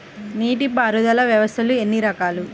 నీటిపారుదల వ్యవస్థలు ఎన్ని రకాలు?